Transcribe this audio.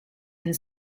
and